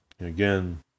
again